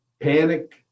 panic